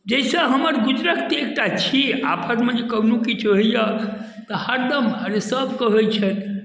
जाहिसँ हमर गुजरके एकटा छी आफतमे जे कखनहु किछो होइए तऽ हरदम अरे सभकेँ होइ छै